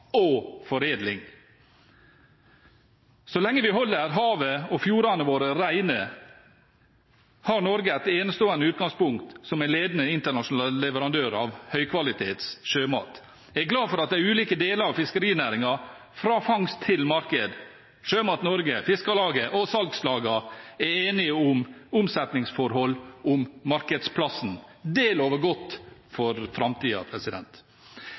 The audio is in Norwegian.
og foredling. Så lenge vi holder havet og fjordene våre rene, har Norge et enestående utgangspunkt som en ledende internasjonal leverandør av høykvalitets sjømat. Jeg er glad for at de ulike delene av fiskerinæringen, fra fangst til marked – Sjømat Norge, Fiskarlaget og salgslagene – er enige om omsetningsforhold og om markedsplassen. Det lover godt for